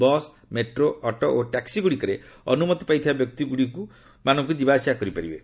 bus metro auto ଓ taxi ଗୁଡ଼ିକରେ ଅନୁମତି ପାଇଥିବା ବ୍ୟକ୍ତିମାନେ ଯିବା ଆସିବା କରିପାରିବେ